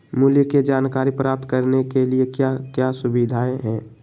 मूल्य के जानकारी प्राप्त करने के लिए क्या क्या सुविधाएं है?